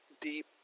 deep